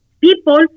People